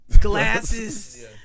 glasses